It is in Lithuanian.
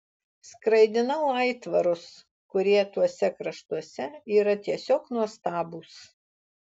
skraidinau aitvarus kurie tuose kraštuose yra tiesiog nuostabūs